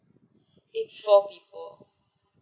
it's four people